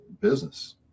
business